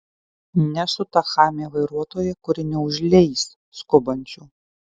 nesu ta chamė vairuotoja kuri neužleis skubančių